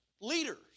leaders